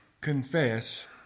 confess